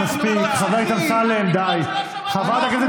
אתה לא